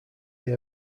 they